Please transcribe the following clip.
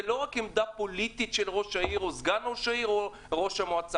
לא רק עמדה פוליטית של ראש העיר או סגן ראש העיר או ראש המועצה.